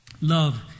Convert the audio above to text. Love